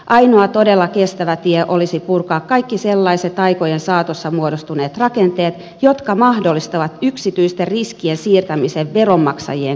ainoa todella kestävä tie olisi purkaa kaikki sellaiset aikojen saatossa muodostuneet rakenteet jotka mahdollistavat yksityisten riskien siirtämisen veronmaksajien kannettavaksi